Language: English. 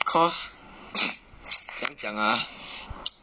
cause 怎样讲 ah